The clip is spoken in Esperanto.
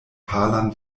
palan